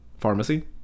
Pharmacy